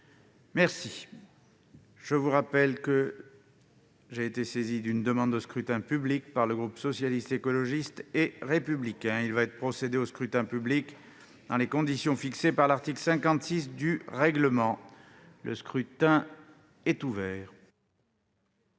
de la proposition de loi. J'ai été saisi d'une demande de scrutin public émanant du groupe Socialiste, Écologiste et Républicain. Il va être procédé au scrutin dans les conditions fixées par l'article 56 du règlement. Le scrutin est ouvert.